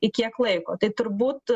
į kiek laiko tai turbūt